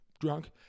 drunk